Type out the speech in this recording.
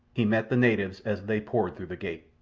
he met the natives as they poured through the gate.